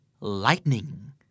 Lightning